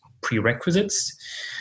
prerequisites